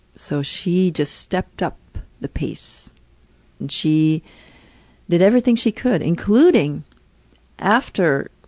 so she just stepped up the pace. and she did everything she could including after